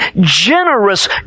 generous